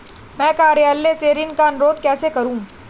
मैं कार्यालय से ऋण का अनुरोध कैसे करूँ?